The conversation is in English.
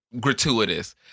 gratuitous